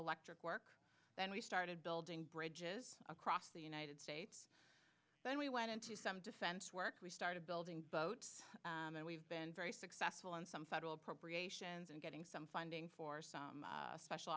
electric work then we started building bridges across the united states then we went into some defense work we started building boats and we've been very successful in some federal appropriations and getting some funding for s